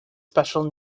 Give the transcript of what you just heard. special